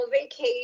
vacation